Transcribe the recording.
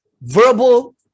verbal